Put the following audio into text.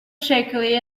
shakily